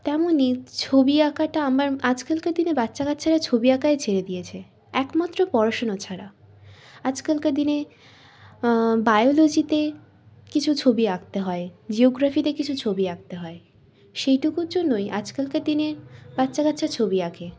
তেমনই ছবি আঁকাটা আমার আজকালকার দিনে বাচ্চা কাচ্চারা ছবি আঁকাই ছেড়ে দিয়েছে একমাত্র পড়াশুনা ছাড়া আজকালকার দিনে বায়োলজিতে কিছু ছবি আঁকতে হয় জিওগ্রাফিতে কিছু ছবি আঁকতে হয় সেইটুকুর জন্যই আজকালকার দিনে বাচ্চা কাচ্চা ছবি আঁকে